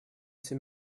c’est